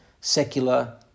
secular